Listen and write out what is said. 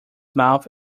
mouth